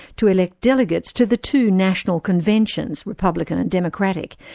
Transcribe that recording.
to elect delegates to the two national conventions, republican and democratic,